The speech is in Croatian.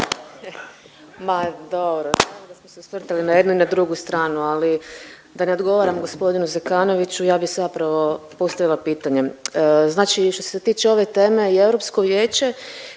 Ma dobro, sad smo se osvrtali na jednu i na drugu stranu. Ali da ne odgovaram gospodinu Zekanoviću ja bih zapravo postavila pitanje. Znači što se tiče ove teme i Europsko vijeće